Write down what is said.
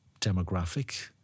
demographic